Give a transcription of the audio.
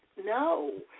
No